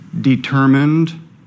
determined